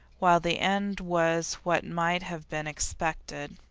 while the end was what might have been expected.